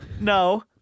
No